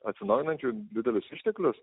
atsinaujinančių didelius išteklius